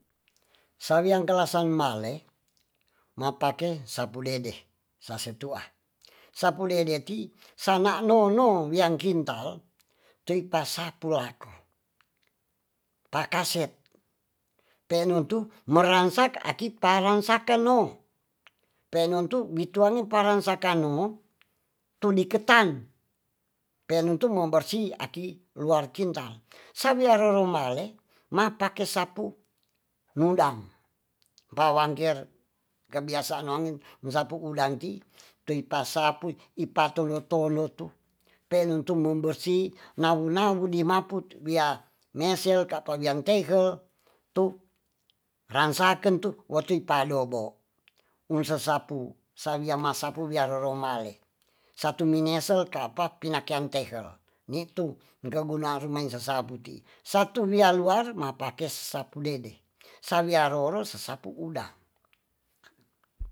Sawiangkalasen male mapake sapude'de sase'tu'a sapude'de ti sanak nono wiyan kintal ceikpasapu lako takaset pe'no tuh merangsak akiparangsaken no penontu witua'nu parangsakanu tu'di ketan pe'notu mobersih aki luar kintal sawiya-wiyar no male mapake sapu ngundang bawangker kabiasaan nganu musapu udang ti' toipasapu ipatolu-tolu tu pe'notum mo bersih nawu-nawu dimaput wiya mesel ka'pa wiya teinghel tou rangsaken tu wutuipaudobo ungsasapu sawiya masapu wiyaroromale satu minesel ka'pa pinakian tehel ni'tu kegunaan maingrasasapu ti'i satu wiya luar mapakes sosapu dede sawiyaroro sosapu udang